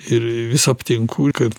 ir vis aptinku ir kad